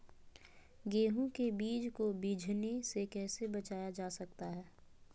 गेंहू के बीज को बिझने से कैसे बचाया जा सकता है?